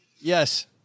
Yes